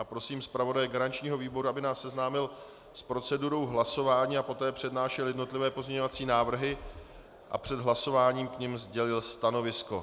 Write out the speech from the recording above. Prosím zpravodaje garančního výboru, aby nás seznámil s procedurou hlasování, poté přednášel jednotlivé pozměňující návrhy a před hlasováním k nim sdělil stanovisko.